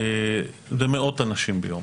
זה מאות אנשים ביום.